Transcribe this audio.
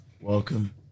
welcome